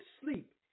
sleep